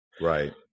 Right